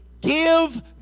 give